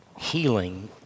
healing